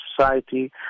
society